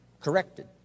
corrected